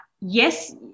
yes